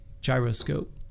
gyroscope